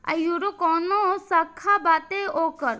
आयूरो काऊनो शाखा बाटे ओकर